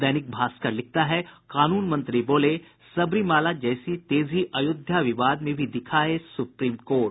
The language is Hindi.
दैनिक भास्कर लिखता है कानून मंत्री बोले सबरीमाला जैसी तेजी अयोध्या विवाद में भी दिखाये सुप्रीम कोर्ट